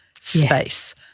space